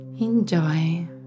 Enjoy